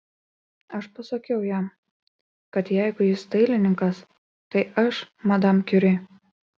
aš pasakiau jam kad jeigu jis dailininkas tai aš madam kiuri